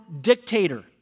dictator